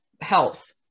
health